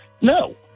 No